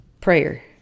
Prayer